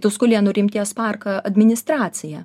tuskulėnų rimties parką administraciją